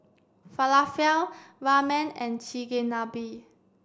Falafel Ramen and Chigenabe